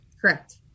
Correct